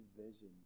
vision